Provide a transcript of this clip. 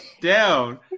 down